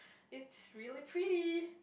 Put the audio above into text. it's really pretty